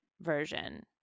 version